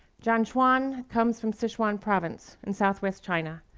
jianchuan comes from sichuan province in southwest china.